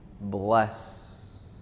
bless